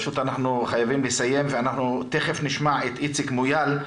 אנחנו חייבים לסיים ואנחנו תיכף נשמע את איציק מויאל,